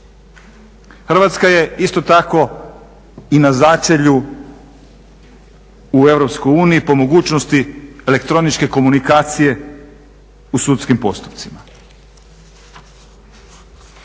Hrvatska je isto tako i na začelju u Europskoj uniji, po mogućnosti elektroničke komunikacije u sudskim postupcima.